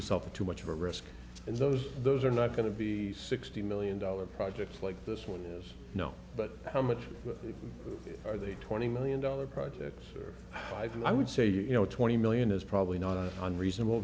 yourself too much of a risk and those those are not going to be sixty million dollar projects like this one you know but how much are they twenty million dollars project i think i would say you know twenty million is probably not unreasonable